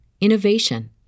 innovation